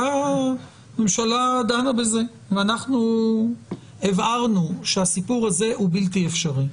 הממשלה דנה בזה ואנחנו הבהרנו שהסיפור הזה הוא בלתי אפשרי.